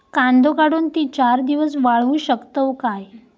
कांदो काढुन ती चार दिवस वाळऊ शकतव काय?